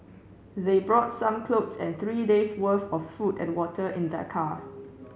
they brought some clothes and three days worth of food and water in their car